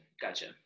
gotcha